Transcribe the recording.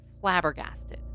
flabbergasted